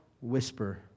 whisper